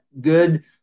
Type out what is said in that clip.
good